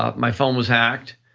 um my phone was hacked,